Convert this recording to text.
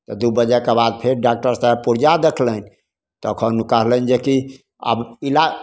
तऽ दुइ बजेके बाद फेर डॉकटर साहेब पुर्जा देखलनि तखन कहलनि जेकि आब इला